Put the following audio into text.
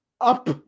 up